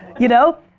you know.